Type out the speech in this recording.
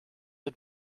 het